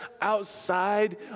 outside